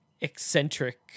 eccentric